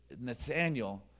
Nathaniel